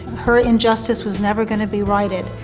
her injustice was never going to be righted.